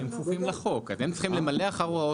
הם כפופים לחוק, אז הם צריכים למלא אחר הוראות